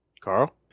Carl